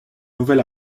nouvelle